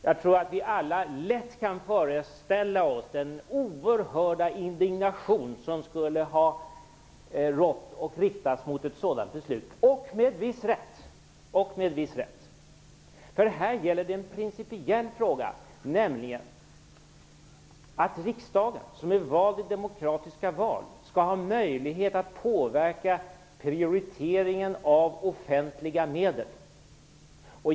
Jag tror att vi alla lätt kan föreställa oss den oerhörda indignation som skulle ha rått och riktats mot ett sådant beslut - och med viss rätt! Här gäller det nämligen en principiell fråga, nämligen att riksdagen, som är vald i demokratiska val, skall ha möjlighet att påverka prioriteringen av offentliga medel.